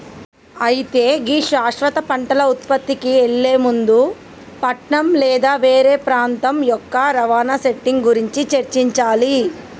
అయితే గీ శాశ్వత పంటల ఉత్పత్తికి ఎళ్లే ముందు పట్నం లేదా వేరే ప్రాంతం యొక్క రవాణా సెట్టింగ్ గురించి చర్చించాలి